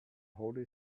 holy